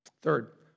Third